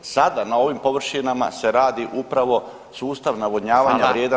Sada na ovim površinama se radi upravo sustav navodnjavanja vrijedan